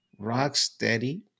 Rocksteady